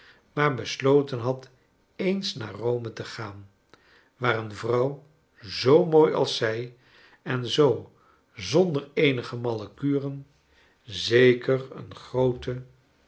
maar besloten had eens naar rome te gaan waar een vrouw zoo mooi als zij en zoo zonder eenige malle kuren zeker een groote